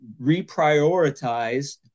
reprioritize